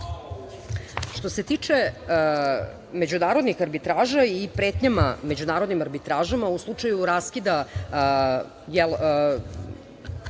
se tiče međunarodnih arbitraža i pretnjama međunarodnim arbitražama u slučaju raskida,